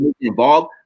involved